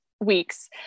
weeks